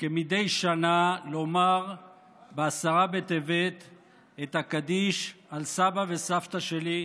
מדי שנה לומר בעשרה בטבת את הקדיש על סבא וסבתא שלי,